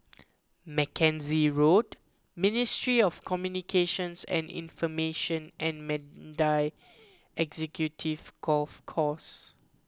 Mackenzie Road Ministry of Communications and Information and Mandai Executive Golf Course